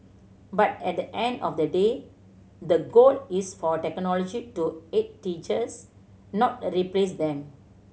but at the end of the day the goal is for technology to aid teachers not replace them